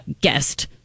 guest